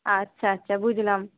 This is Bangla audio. আচ্ছা আচ্ছা বুঝলাম